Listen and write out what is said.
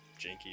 janky